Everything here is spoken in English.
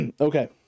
Okay